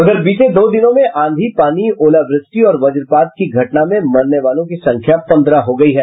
उधर बीते दो दिनों में आंधी पानी ओलावृष्टि और वज्रपात की घटना में मरने वालों की संख्या पन्द्रह हो गयी है